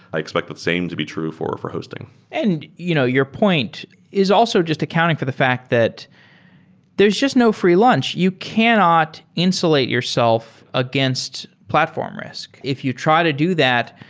i expect the same to be true for for hosting and you know your point is also just accounting for the fact that there is just no free lunch. you cannot insulate yourself against platform risk. if you try to do that,